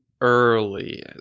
early